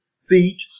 feet